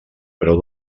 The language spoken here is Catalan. preu